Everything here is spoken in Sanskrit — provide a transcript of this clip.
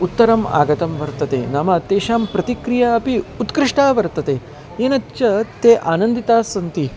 उत्तरम् आगतं वर्तते नाम तेषां प्रतिक्रिया अपि उत्कृष्टा वर्तते येन च ते आनन्दितास्सन्ति